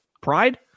Pride